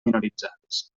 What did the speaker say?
minoritzades